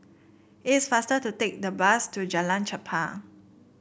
it is faster to take the bus to Jalan Chempah